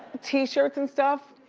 t-shirts and stuff.